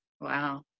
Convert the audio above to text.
Wow